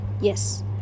Yes